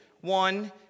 one